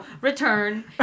Return